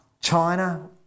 China